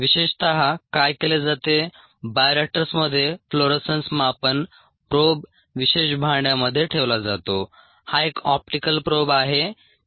विशेषत काय केले जाते बायोरिएक्टर्स मध्ये फ्लोरोसन्स मापन प्रोब विशेष भांड्यामध्ये ठेवला जातो हा एक ऑप्टिकल प्रोब आहे